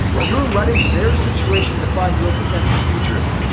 you're letting their situation define your potential future.